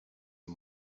are